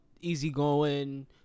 Easygoing